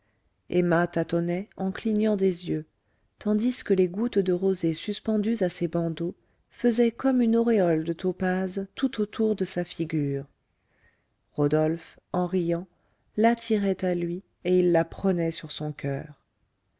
emma tâtonnait en clignant des yeux tandis que les gouttes de rosée suspendues à ses bandeaux faisaient comme une auréole de topazes tout autour de sa figure rodolphe en riant l'attirait à lui et il la prenait sur son coeur